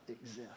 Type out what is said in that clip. exist